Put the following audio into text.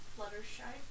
Fluttershy